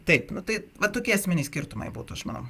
taip nu tai va tokie esminiai skirtumai būtų aš manau